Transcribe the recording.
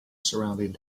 surrounding